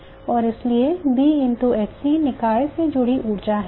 और इसलिए B h c निकाय से जुड़ी ऊर्जा है